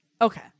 Okay